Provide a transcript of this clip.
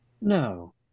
No